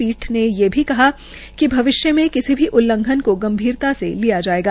पीठ ने ये कहा कि भविष्य में किसी भी उल्लंघन को गंभीरता से लिया जायेगा